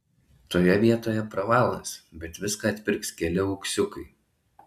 toje vietoje pravalas bet viską atpirks keli auksiukai